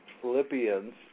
Philippians